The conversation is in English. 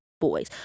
boys